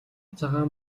цагаан